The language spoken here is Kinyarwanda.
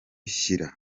shyira